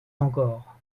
encore